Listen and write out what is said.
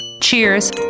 Cheers